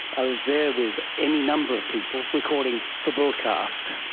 i was there with any number of people recording for broadcast,